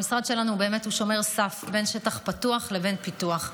המשרד שלנו הוא באמת שומר סף בין שטח פתוח לבין פיתוח.